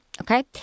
okay